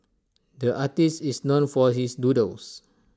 the artist is known for his doodles